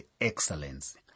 excellence